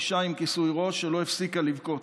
אישה עם כיסוי ראש שלא הפסיקה לבכות.